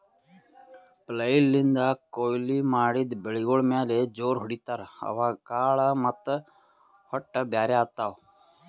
flail ನಿಂದ್ ಕೊಯ್ಲಿ ಮಾಡಿದ್ ಬೆಳಿಗೋಳ್ ಮ್ಯಾಲ್ ಜೋರ್ ಹೊಡಿತಾರ್, ಅವಾಗ್ ಕಾಳ್ ಮತ್ತ್ ಹೊಟ್ಟ ಬ್ಯಾರ್ ಆತವ್